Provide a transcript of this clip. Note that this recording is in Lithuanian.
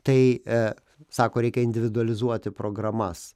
tai sako reikia individualizuoti programas